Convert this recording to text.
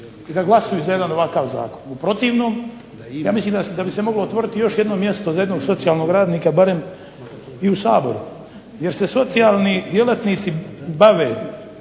i da glasuju za jedan ovakav zakon. U protivnom ja mislim da bi se moglo otvoriti još jedno mjesto za jednog socijalnog radnika barem i u Saboru jer se socijalni djelatnici bave